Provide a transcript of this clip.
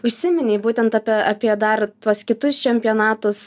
užsiminei būtent apie apie dar tuos kitus čempionatus